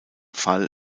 fall